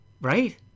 right